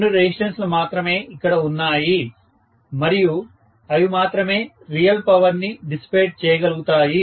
రెండు రెసిస్టెన్స్ లు మాత్రమే ఇక్కడ ఉన్నాయి మరియు అవి మాత్రమే రియల్ పవర్ ని డిసిపేట్ చేయగలుగుతాయి